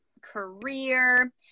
career